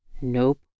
Nope